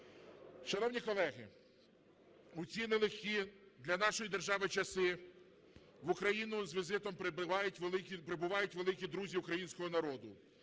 Шановні колеги, в ці нелегкі для нашої держави часи в Україну з візитом прибувають великі друзі українського народу,